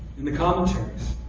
in the commentaries.